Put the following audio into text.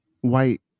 White